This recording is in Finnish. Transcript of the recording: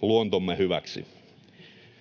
Se on kenties